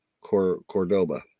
Cordoba